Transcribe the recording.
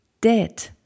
dead